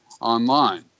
online